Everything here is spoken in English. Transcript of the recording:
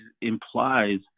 implies